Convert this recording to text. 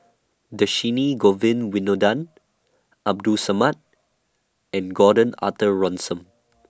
Dhershini Govin Winodan Abdul Samad and Gordon Arthur Ransome